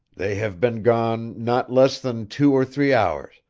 they have been gone not less than two or three hours,